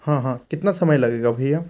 हाँ हाँ कितना समय लगेगा भय्या